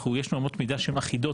יש לנו אמות מידה שהן אחידות,